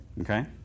Okay